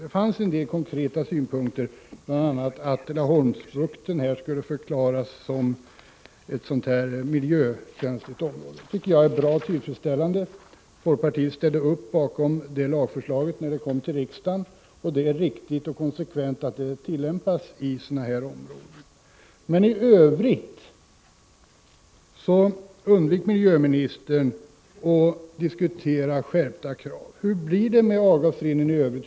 Det fanns dock en del konkreta synpunkter, bl.a. att Laholmsbukten skulle förklaras som miljökänsligt område. Det är bra och tillfredsställande. Folkpartiet ställde upp bakom detta lagförslag när det kom till riksdagen, och det är riktigt och konsekvent att lagen tillämpas i sådana här områden. I övrigt undvek miljöministern att diskutera skärpta krav. Hur blir det med avgasreningen i övrigt?